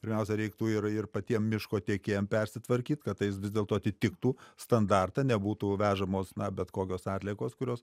pirmiausia reiktų ir ir patiem miško tiekėjam persitvarkyt kad vis dėlto atitiktų standartą nebūtų vežamos na bet kokios atliekos kurios